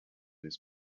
his